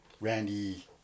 Randy